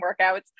workouts